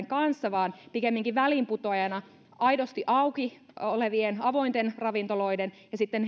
kanssa vaan pikemminkin väliinputoajina aidosti auki olevien avointen ravintoloiden ja sitten